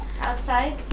outside